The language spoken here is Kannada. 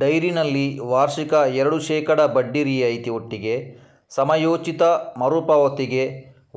ಡೈರಿನಲ್ಲಿ ವಾರ್ಷಿಕ ಎರಡು ಶೇಕಡಾ ಬಡ್ಡಿ ರಿಯಾಯಿತಿ ಒಟ್ಟಿಗೆ ಸಮಯೋಚಿತ ಮರು ಪಾವತಿಗೆ